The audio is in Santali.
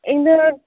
ᱤᱧ ᱫᱚ